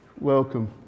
Welcome